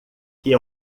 que